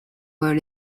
were